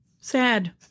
Sad